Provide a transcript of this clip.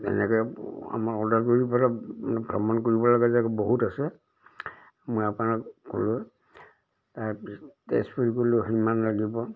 এনেকে আমাৰ অৰ্ডাৰ কৰিব পেলাই মানে ভ্ৰমণ কৰিব লগা বহুত আছে মই আপোনাক ক'লোঁ তাৰপিছত তেজপুৰলৈ সিমান লাগিব